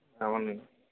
అవునండీ